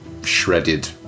Shredded